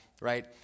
right